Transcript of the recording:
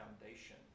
foundation